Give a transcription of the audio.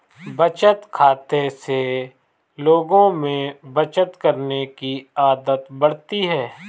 बचत खाते से लोगों में बचत करने की आदत बढ़ती है